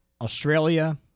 Australia